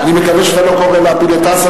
אני מקווה שאתה לא קורא להפיל את אסד,